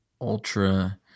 Ultra